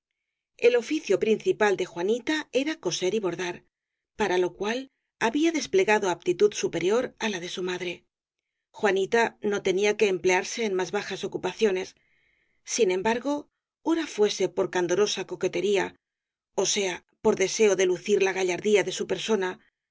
el oficio principal de juanita era coser y bordar para lo cual había des plegado aptitud superior á la de su madre juanita no tenía que emplearse en más bajas ocupaciones sin embargo ora fuese por candoro sa coquetería ó sea por deseo de lucir la gallardía de su persona